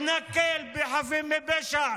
מתנכל לחפים מפשע.